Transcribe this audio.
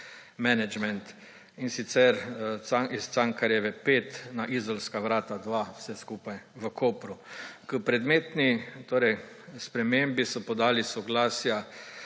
menedžment, in sicer s Cankarjeve 5 na Izolska vrata 2, vse skupaj v Kopru. K predmetni spremembi so podali soglasja